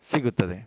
ಸಿಗುತ್ತದೆ